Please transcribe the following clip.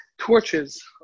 torches